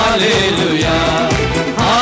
Hallelujah